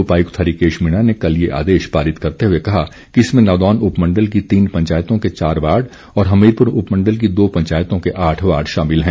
उपायुक्त हरिकेश मीणा ने कल ये आदेश पारित करते हुए कहा कि इसमें नादौन उपमंडल की तीन पंचायतों के चार वार्ड और हमीरपुर उपमंडल की दो पंचायतों के आठ वार्ड शामिल हैं